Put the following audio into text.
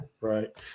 Right